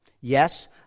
yes